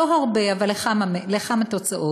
לא הרבה אבל לכמה תוצאות.